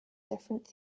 different